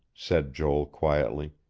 said joel quietly.